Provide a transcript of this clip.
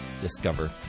discover